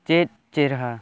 ᱪᱮᱫ ᱪᱮᱨᱦᱟ